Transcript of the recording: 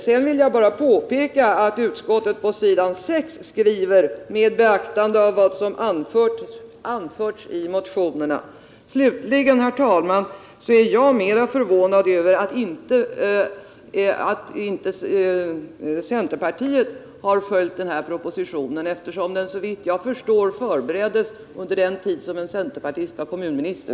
Sedan vill jag bara påpeka att utskottet på s. 6 skrivit: ”Med beaktande av vad som anförts i motionerna —-—=-.” Slutligen är jag, herr talman, mera förvånad över att inte centerpartiet har följt den här propositionen, eftersom den, såvitt jag förstår, förbereddes under den tid då en centerpartist var kommunminister.